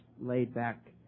laid-back